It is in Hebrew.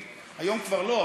היום כבר לא,